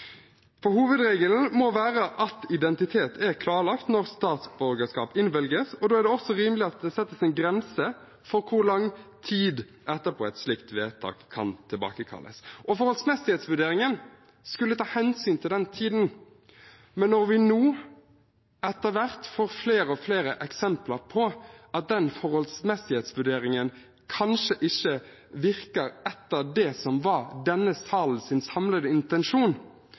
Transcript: Hovedregelen må være at identiteten er klarlagt når statsborgerskap innvilges. Da er det også rimelig at det settes en grense for hvor lang tid etterpå et slikt vedtak kan tilbakekalles, og forholdsmessighetsvurderingen skulle ta hensyn til den tiden. Men når vi nå etter hvert får flere og flere eksempler på at den forholdsmessighetsvurderingen kanskje ikke virker etter det som var denne salens samlede intensjon,